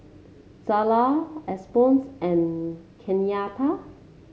Zella Alphonse and Kenyatta